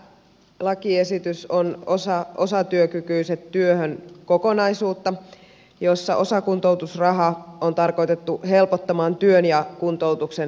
tämä lakiesitys on osa osatyökykyiset työhön kokonaisuutta jossa osakuntoutusraha on tarkoitettu helpottamaan työn ja kuntoutuksen yhteensovittamista